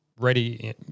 ready